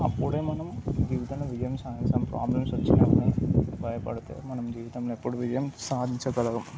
అప్పుడే మనం జీవితంలో విజయం సాధిస్తాం ప్రాబ్లమ్స్ వచ్చినా కూడా భయపడితే మనం జీవితంలో ఎప్పడు విజయం సాధించగలగం